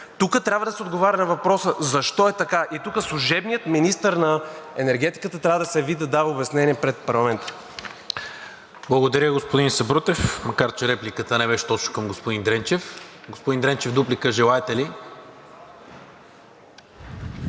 Тук трябва да се отговори на въпроса защо е така и тук служебният министър на енергетиката трябва да се яви и да дава обяснения пред парламента. ПРЕДСЕДАТЕЛ НИКОЛА МИНЧЕВ: Благодаря, господин Сабрутев. Макар че репликата не беше точно към господин Дренчев. Господин Дренчев, дуплика желаете ли?